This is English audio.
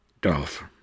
Dolph